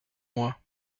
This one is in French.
mois